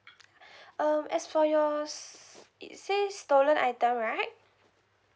um as for your s~ it says stolen item right